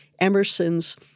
Emerson's